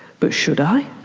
but should i?